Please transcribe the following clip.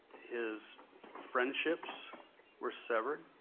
his friendships were severed,